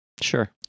Sure